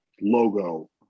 logo